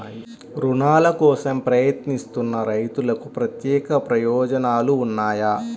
రుణాల కోసం ప్రయత్నిస్తున్న రైతులకు ప్రత్యేక ప్రయోజనాలు ఉన్నాయా?